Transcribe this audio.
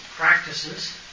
practices